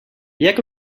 jak